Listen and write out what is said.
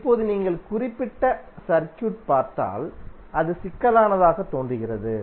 இப்போது நீங்கள் இந்த குறிப்பிட்ட சர்க்யூட் பார்த்தால் அது சிக்கலானதாக தோன்றுகிறது